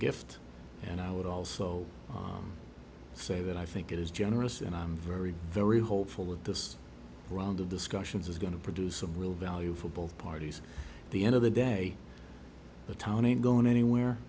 gift and i would also say that i think it is generous and i'm very very hopeful that this round of discussions is going to produce a real value for both parties at the end of the day the town ain't going anywhere